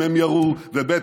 אם הם ירו, ב.